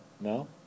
No